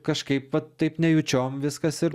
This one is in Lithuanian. kažkaip vat taip nejučiom viskas ir